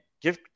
give